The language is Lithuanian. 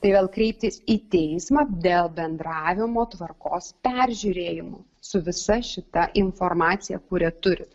tai vėl kreiptis į teismą dėl bendravimo tvarkos peržiūrėjimo su visa šita informacija kurią turit